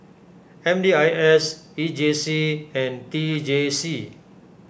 M D I S E J C and T J C